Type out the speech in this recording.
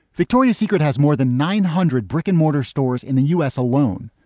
victoria's secret has more than nine hundred brick and mortar stores in the u s. alone.